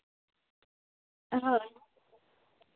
ᱦᱳᱭ